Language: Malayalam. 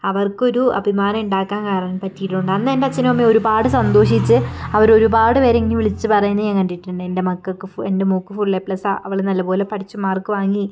അവർക്കൊരു അഭിമാനം ഉണ്ടാക്കാൻ കാര പറ്റിയിട്ടുണ്ട് അന്ന് എൻ്റെ അച്ഛനും അമ്മയും ഒരുപാട് സന്തോഷിച്ച് അവർ ഒരുപാട് പേരെ ഇങ്ങനെ വിളിച്ച് പറയുന്നത് ഞാൻ കണ്ടിട്ടുണ്ട് എൻ്റെ മക്കൾക്ക് ഫു എൻ്റെ മോൾക്ക് ഫുൾ ഏ പ്ലസ്സാണ് അവൾ നല്ലപോലെ പഠിച്ച് മാർക്ക് വാങ്ങി